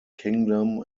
kingdom